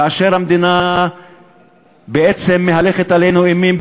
כאשר המדינה בעצם מהלכת עלינו אימים,